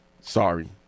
sorry